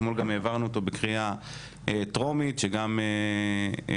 אתמול גם העברנו אותו בקריאה טרומית שגם מנציח